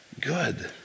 good